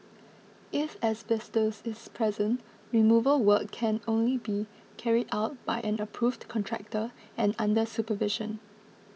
if asbestos is present removal work can only be carried out by an approved contractor and under supervision